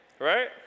Right